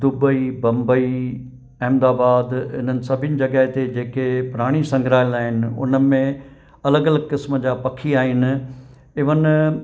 Dubai Bombay Ahmedabad हिननि सभीनि जॻह ते जेके प्रानी संघ्रालय आहिनि उन में अलॻि अलॻि क़िस्म जा पखी आहिनि ईवन